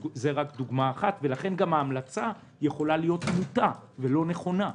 לכן גם ההמלצה יכולה להיות מוטעית ולא נכונה.